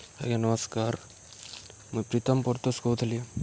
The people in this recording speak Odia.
ଆଜ୍ଞା ନମସ୍କାର୍ ମୁଇଁ ପ୍ରୀତମ୍ ପରିତୋଷ୍ କହୁଥିଲି